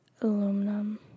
Aluminum